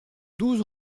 douze